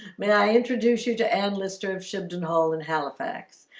may i introduce you to an lister of shipton hall in halifax?